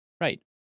Right